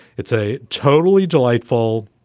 it's a totally delightful,